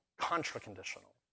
contra-conditional